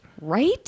Right